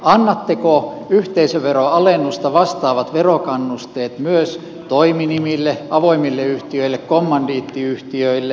annatteko yhteisöveron alennusta vastaavat verokannusteet myös toiminimille avoimille yhtiöille kommandiittiyhtiöille